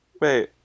Wait